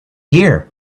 here